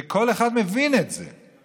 וכל אחד מבין את זה.